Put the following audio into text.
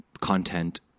content